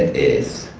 is,